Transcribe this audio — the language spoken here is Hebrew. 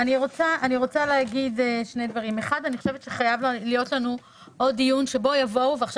אני חושבת שחייב להיות לנו עוד דיון אליו יבואו - ועכשיו